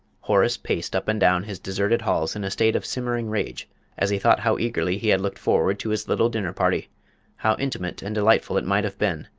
horace paced up and down his deserted halls in a state of simmering rage as he thought how eagerly he had looked forward to his little dinner-party how intimate and delightful it might have been,